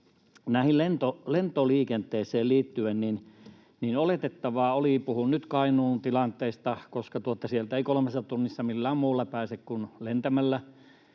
Lentoliikenteeseen liittyen — puhun nyt Kainuun tilanteesta, koska sieltä ei kolmessa tunnissa millään muulla pääse kuin lentämällä